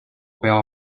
bell